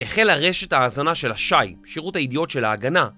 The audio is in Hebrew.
החלה רשת ההזנה של הש"י, שירות הידיעות של "ההגנה"